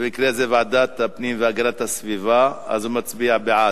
ובמקרה הזה ועדת הפנים והגנת הסביבה, מצביע בעד.